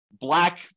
black